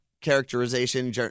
characterization